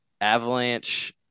Avalanche